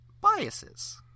biases